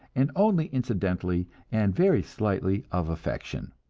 and only incidentally and very slightly of affection.